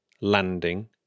landing